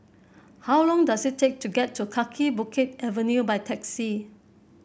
how long does it take to get to Kaki Bukit Avenue by taxi